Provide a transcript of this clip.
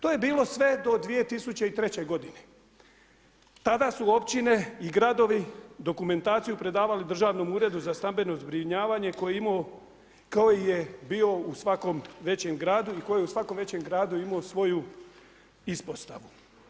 To je bilo sve do 2003. godine, tada su općine i gradovi dokumentaciju predavali Državnom uredu za stambeno zbrinjavanje koji je imao, koji je bio u svakom većem gradu i koji je u svakom većem gradu imao svoju ispostavu.